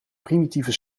primitieve